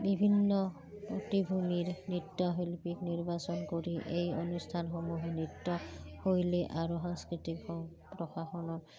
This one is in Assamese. বিভিন্ন অতিভূমিৰ নৃত্যশিল্পী নিৰ্বাচন কৰি এই অনুষ্ঠানসমূহে নৃত্যশৈলী আৰু সাংস্কৃতি প্ৰশাসনত